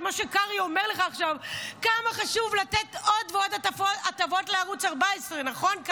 מה שקרעי אומר לך עכשיו: כמה חשוב לתת עוד ועוד הטבות לערוץ 14. נכון,